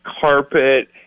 carpet